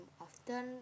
often